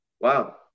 Wow